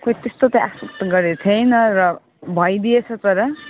खोई त्यस्तो त गरेको थिएन र भइदिएछ तर